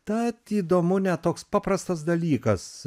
tad įdomu net toks paprastas dalykas